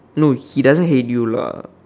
no he doesn't hate you lah